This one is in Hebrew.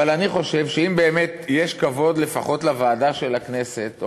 אבל אני חושב שאם באמת יש כבוד לפחות לוועדה של הכנסת,